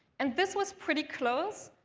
and this was pretty close,